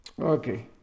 Okay